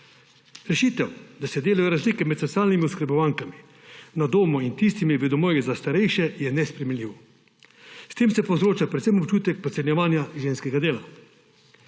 Rešitev, da se delajo razlike med socialnimi oskrbovanci na domu in tistimi v domovih za starejše, je nesprejemljiva. S tem se povzroča predvsem občutek podcenjevanja ženskega dela.